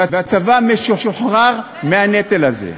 והצבא משוחרר מהנטל הזה.